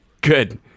Good